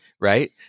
right